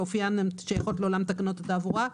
באופיין שייכות לעולם תקנות התעבורה.